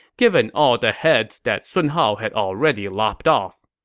given all the heads that sun hao had already lopped off.